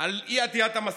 על אי-עטיית מסכות.